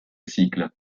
cycle